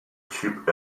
cheap